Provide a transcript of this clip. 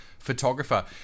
Photographer